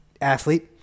athlete